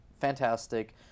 fantastic